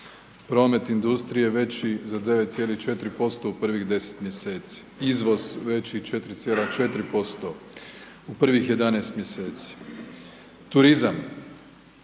Promet industrije veći za 9,4% u prvih 10 mjeseci, izvoz veći 4,4% u prvih 11 mjeseci. Turizam,